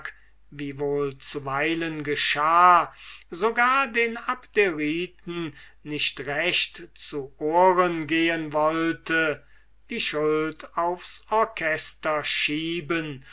zuweilen geschah sogar den abderiten nicht recht zu ohren gehen wollte die schuld aufs orchester schieben